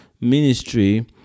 ministry